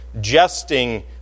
jesting